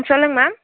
சொல்லுங்கள் மேம்